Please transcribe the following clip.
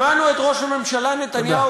שמענו את ראש הממשלה נתניהו,